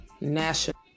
national